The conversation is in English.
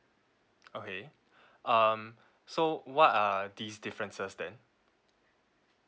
okay um so what are these differences then